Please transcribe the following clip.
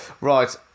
Right